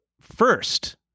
first